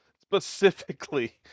specifically